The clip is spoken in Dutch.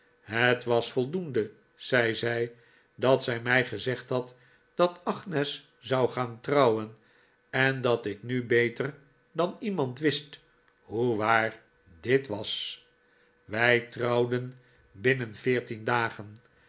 het was voldoende zei zij dat zij mij gezegd had dat agnes zou gaan trouwen en dat ik nu beter dan iemand wist hoe waar dit was wij trouwden binnen veertien dagen